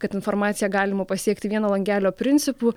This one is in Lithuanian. kad informaciją galima pasiekti vieno langelio principu